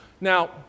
Now